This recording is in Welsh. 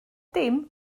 dim